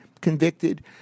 convicted